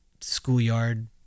schoolyard